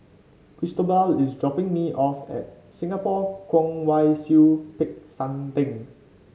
Cristobal is dropping me off at Singapore Kwong Wai Siew Peck San Theng